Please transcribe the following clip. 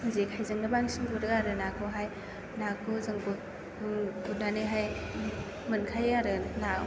जेखायजोंनो बांसिन गुरो आरो नाखौहाय नाखौ जों गुरनानैहाय मोनखायो आरो ना